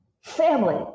family